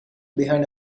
behind